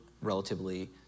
relatively